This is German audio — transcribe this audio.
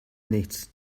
nichts